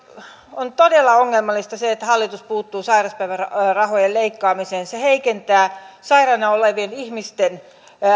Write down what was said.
on todella ongelmallista se että hallitus puuttuu sairauspäivärahojen leikkaamiseen se heikentää sairaana olevien ihmisten